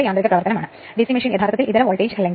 അതിനാൽ ആകെ ചെമ്പ് നഷ്ടം WSC I 1 2 Re1 ആണെങ്കിൽ